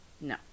No